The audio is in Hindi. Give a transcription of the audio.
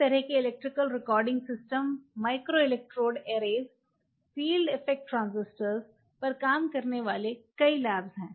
इस तरह के electrical recording system microelectrode arrays field effect transistor पर काम करने वाले कई लैब हैं